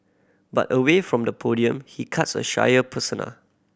but away from the podium he cuts a shyer persona